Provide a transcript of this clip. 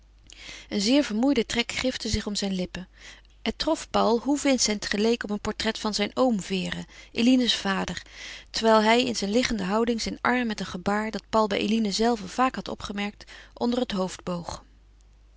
een zeer vermoeide trek grifte zich om zijn lippen het trof paul hoe vincent geleek op een portret van zijn oom vere eline's vader terwijl hij in zijn liggende houding zijn arm met een gebaar dat paul bij eline zelve vaak had opgemerkt onder het hoofd boog